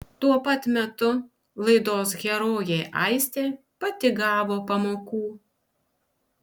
tuo pat metu laidos herojė aistė pati gavo pamokų